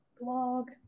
blog